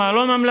מה לא ממלכתי.